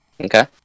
Okay